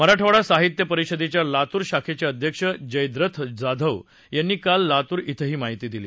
मराठवाडा साहित्य परिषदेच्या लातूर शाखेचे अध्यक्ष जयद्रथ जाधव यांनी काल लातूर क्षे ही माहिती दिली